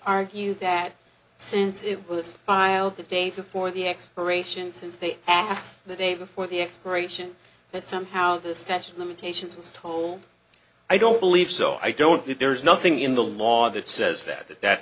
argue that since it was filed the day before the expiration since they asked the day before the expiration that somehow the statue of limitations was told i don't believe so i don't know if there is nothing in the law that says that that